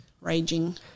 raging